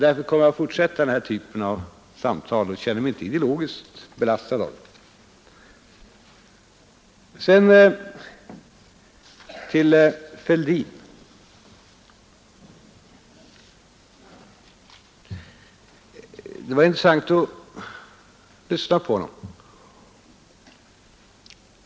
Därför kommer jag att fortsätta den här typen av samtal och känner mig inte ideologiskt belastad av den. Det var intressant att lyssna på herr Fälldin.